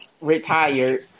retired